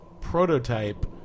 prototype